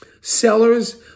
Sellers